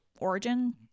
origin